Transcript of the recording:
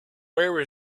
where